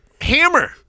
Hammer